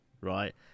right